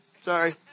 sorry